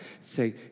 Say